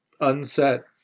unset